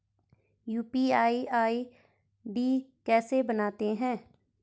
UPI ID कैसे बनाते हैं?